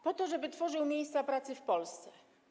Po to, żeby tworzył miejsca pracy w Polsce.